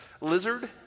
lizard